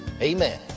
Amen